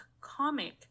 comic